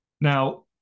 Now